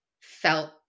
felt